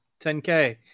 10K